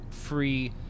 free